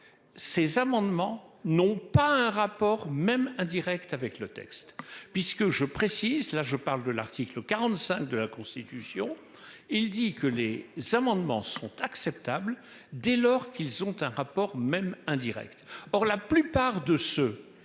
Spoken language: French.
Ces amendements n'ont pas un rapport, même indirect avec le texte puisque je précise là je parle de l'article 45 de la Constitution. Il dit que les s'amendements sont acceptables dès lors qu'ils ont un rapport même indirect. Or la plupart de ceux